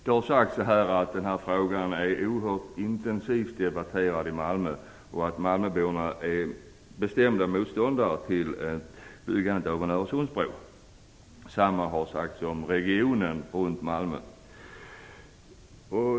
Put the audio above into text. Det har sagts att den här frågan är oerhört intensivt debatterad i Malmö och att malmöborna är bestämda motståndare till byggandet av en Öresundsbro. Detsamma har sagts om regionen runt Malmö.